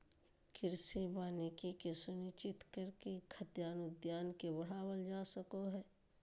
कृषि वानिकी के सुनिश्चित करके खाद्यान उत्पादन के बढ़ावल जा सक हई